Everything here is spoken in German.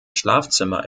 schlafzimmer